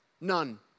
none